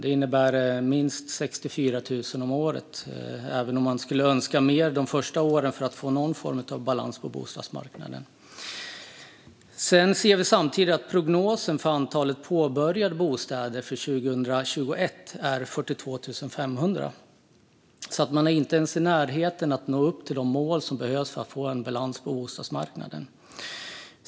Det innebär minst 64 000 om året, även om man skulle önska mer de första åren för att få någon form av balans på bostadsmarknaden. Samtidigt ser vi att prognosen för antalet påbörjade bostäder 2021 är 42 500. Man är alltså inte ens i närheten av att nå upp till de mål som behöver nås för att få en balans på bostadsmarknaden.